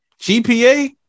GPA